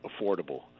affordable